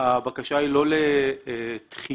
הבקשה היא לא לדחייה.